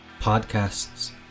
podcasts